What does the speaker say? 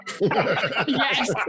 Yes